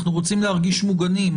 אנחנו רוצים להרגיש מוגנים.